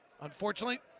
Unfortunately